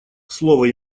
слово